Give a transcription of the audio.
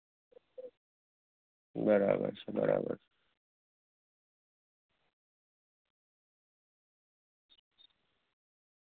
બરાબર છે બરાબર